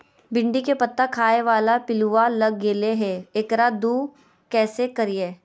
भिंडी के पत्ता खाए बाला पिलुवा लग गेलै हैं, एकरा दूर कैसे करियय?